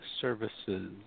Services